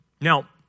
Now